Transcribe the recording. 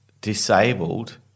disabled